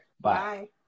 Bye